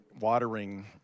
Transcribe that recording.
watering